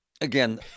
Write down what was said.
again